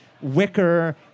wicker